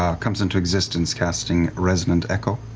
um comes into existence, casting resonant echo.